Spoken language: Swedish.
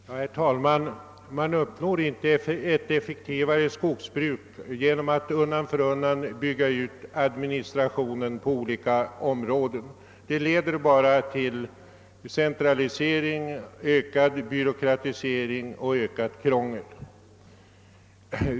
Herr talman! Man uppnår inte ett effektivare skogsbruk genom att undan för undan bygga ut administrationen på olika områden. Det leder bara till centralisering, ökad byråkratisering och ökat krångel.